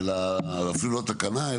אולי אפילו לא תקנה,